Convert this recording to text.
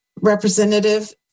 representative